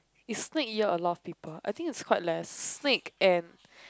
is snake year a lot of people I think is quite less snake and